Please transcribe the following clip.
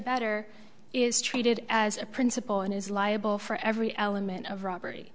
abettor is treated as a principle and is liable for every element of robbery